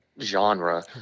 Genre